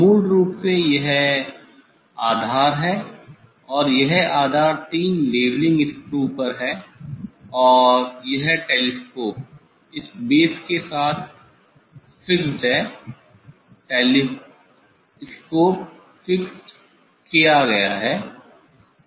मूल रूप से यह आधार है और यह आधार तीन लेवलिंग स्क्रू पर है और यह टेलीस्कोप इस बेस के साथ फिक्स्ड है टेलीस्कोप फिक्स्ड किया गया है